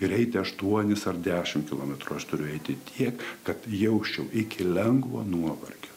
ir eiti aštuonis ar dešimt kilometrų aš turiu eiti tiek kad jausčiau iki lengvo nuovargio